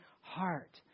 heart